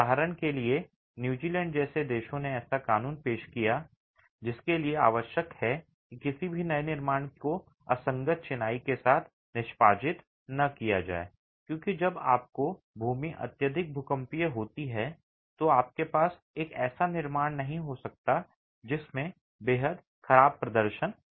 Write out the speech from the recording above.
उदाहरण के लिए न्यूज़ीलैंड जैसे देशों ने ऐसा कानून पेश किया जिसके लिए आवश्यक है कि किसी भी नए निर्माण को असंगत चिनाई के साथ निष्पादित न किया जाए क्योंकि जब आपकी भूमि अत्यधिक भूकंपीय होती है तो आपके पास एक ऐसा निर्माण नहीं हो सकता है जिसमें बेहद खराब प्रदर्शन हो